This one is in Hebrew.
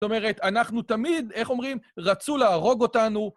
זאת אומרת, אנחנו תמיד, איך אומרים? רצו להרוג אותנו